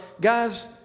Guys